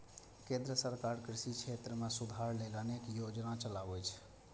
केंद्र सरकार कृषि क्षेत्र मे सुधार लेल अनेक योजना चलाबै छै